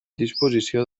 disposició